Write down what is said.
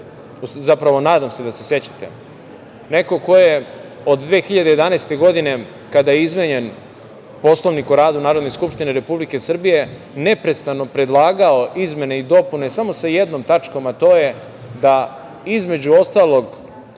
zapravo, nadam se da se sećate, neko ko je od 2011. godine, kada je izmenjen Poslovnik o radu Narodne skupštine Republike Srbije neprestano predlagao izmene i dopune samo sa jednom tačkom, a to je da, između ostalog,